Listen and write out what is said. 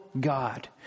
God